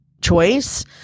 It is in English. choice